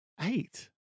Eight